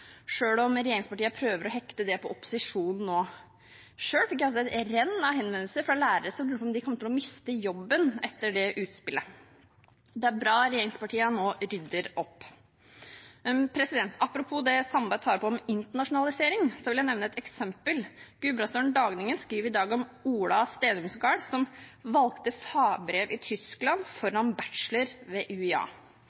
om regjeringspartiene nå prøver å hekte det på opposisjonen. Selv fikk jeg et renn av henvendelser fra lærere som lurte på om de kom til å miste jobben etter det utslippet. Det er bra at regjeringspartiene nå rydder opp. Apropos det Sandberg tar opp om internasjonalisering, vil jeg nevne et eksempel. Gudbrandsdølen Dagningen skriver i dag om Ola Stenumgaard, som valgte fagbrev i Tyskland